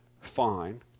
fine